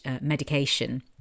medication